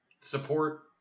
support